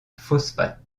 phosphates